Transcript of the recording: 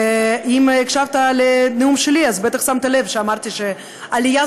ואם הקשבת לנאום שלי אז בטח שמת לב שאמרתי שעלייה